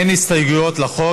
אין הסתייגויות לחוק.